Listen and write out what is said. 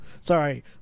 Sorry